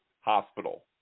Hospital